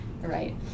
right